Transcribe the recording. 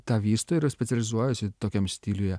tą vysto yra specializuojasi tokiam stiliuje